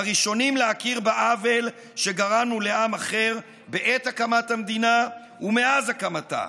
הראשונים להכיר בעוול שגרמנו לעם אחר בעת הקמת המדינה ומאז הקמתה.